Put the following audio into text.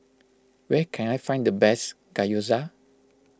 where can I find the best Gyoza